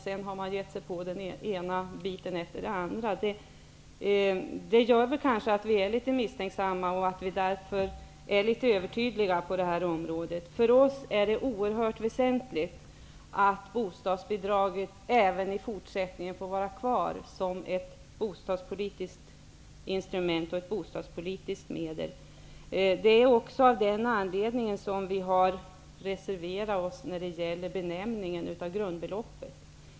Sedan har man gett sig på den ena saken efter den andra. Det gör att vi kanske är litet misstänksamma och därför övertydliga. För oss är det oerhört väsentligt att bostadsbidraget även i fortsättningen får finnas kvar som ett bostadspolitiskt instrument. Det är också av den anledningen som vi har reserverat oss när det gäller benämningen av grundbeloppet.